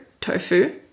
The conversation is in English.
TOFU